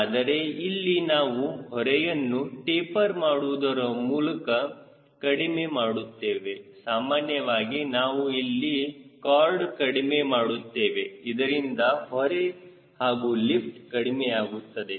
ಆದರೆ ಇಲ್ಲಿ ನಾವು ಹೊರೆಯನ್ನು ಟೆಪರ್ ಮಾಡುವುದರ ಮೂಲಕ ಕಡಿಮೆ ಮಾಡುತ್ತೇವೆ ಸಾಮಾನ್ಯವಾಗಿ ನಾವು ಇಲ್ಲಿ ಕಾರ್ಡ್ ಕಡಿಮೆ ಮಾಡುತ್ತೇವೆ ಇದರಿಂದ ಹೊರೆ ಹಾಗೂ ಲಿಫ್ಟ್ ಕಡಿಮೆಯಾಗುತ್ತದೆ